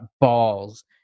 balls